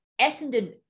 Essendon